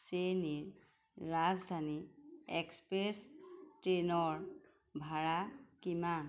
শ্ৰেণীৰ ৰাজধানী এক্সপ্ৰেছ ট্ৰেইনৰ ভাড়া কিমান